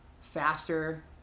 faster